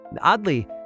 Oddly